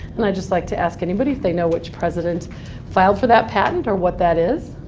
and i'd just like to ask anybody if they know which president filed for that patent or what that is.